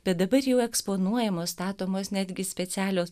bet dabar jau eksponuojamos statomos netgi specialios